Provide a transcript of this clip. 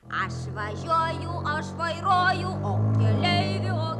aš važiuoju aš vairuoju o keleivių